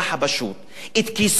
את כיסו של האזרח,